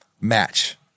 match